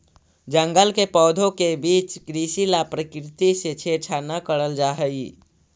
जंगल के पौधों के बीच कृषि ला प्रकृति से छेड़छाड़ न करल जा हई